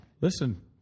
Listen